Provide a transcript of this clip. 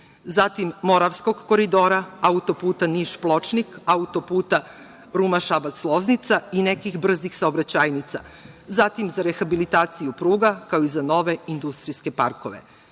zatim Moravskog koridora, autoputa Niš-Pločnik, autoputa Ruma-Šabac-Loznica i nekih brzih saobraćajnica, zatim, za rehabilitaciju pruga, kao i za nove industrijske parkove.